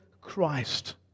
Christ